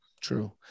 true